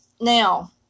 Now